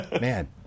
man